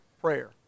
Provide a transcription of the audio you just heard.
prayer